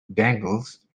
dangles